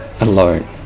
alone